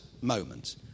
moment